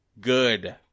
good